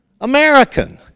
American